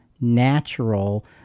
natural